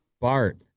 BART